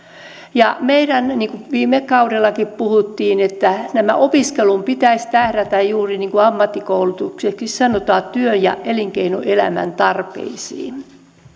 ja niin kuin viime kaudellakin puhuttiin tämän opiskelun pitäisi tähdätä juuri niin kuin sitä ammattikoulutukseksi sanotaan työ ja elinkeinoelämän tarpeisiin